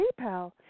PayPal